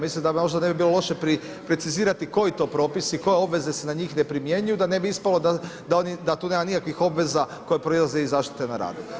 Mislim da ne bi bilo loše precizirati koji to propisi i koje obveze se na njih ne primjenjuju da ne bi ispalo da tu nema nikakvih obveza koje proizlaze iz zaštite na radu.